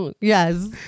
Yes